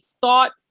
thought